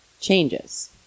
changes